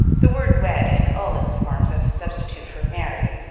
the word wed in all its forms as a substitute for marry,